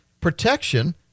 protection